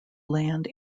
land